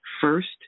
first